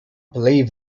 believe